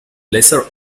lesser